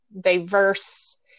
diverse